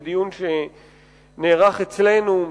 בדיון שנערך אצלנו,